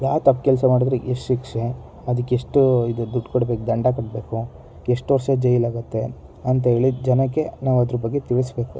ಯಾವ ತಪ್ಪು ಕೆಲಸ ಮಾಡಿದರೆ ಎಷ್ಟು ಶಿಕ್ಷೆ ಅದಕ್ಕೆ ಎಷ್ಟು ಇದು ದುಡ್ಡು ಕೊಡಬೇಕು ದಂಡ ಕೊಡಬೇಕು ಎಷ್ಟು ವರ್ಷ ಜೈಲ್ ಆಗತ್ತೆ ಅಂಥೇಳಿ ಜನಕ್ಕೆ ನಾವು ಅದರ ಬಗ್ಗೆ ತಿಳಿಸಬೇಕು